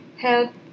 help